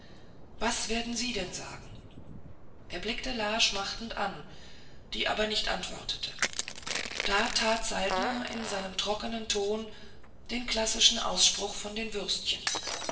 was werden sie denn sagen er blickte la schmachtend an die aber nicht antwortete da tat saltner in seinem trockenen ton den klassischen ausspruch von den würstchen